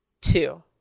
Two